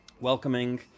welcoming